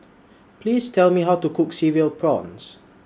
Please Tell Me How to Cook Cereal Prawns